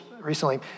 recently